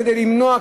כדי למנוע,